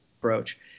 approach